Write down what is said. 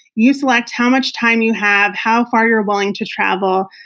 you select how much time you have, how far you're willing to travel.